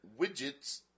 widgets